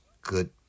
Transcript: good